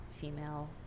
female